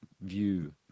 view